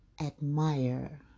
admire